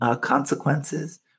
consequences